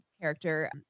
character